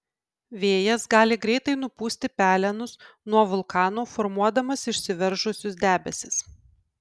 vėjas gali greitai nupūsti pelenus nuo vulkano formuodamas išsiveržusius debesis